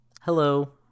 hello